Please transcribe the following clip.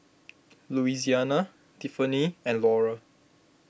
Louisiana Tiffany and Laura